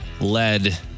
led